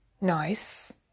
nice